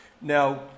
Now